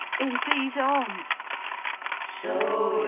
in these arms show